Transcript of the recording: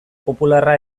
popularra